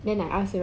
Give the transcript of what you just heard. mmhmm